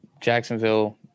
Jacksonville